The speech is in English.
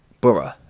Borough